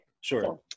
sure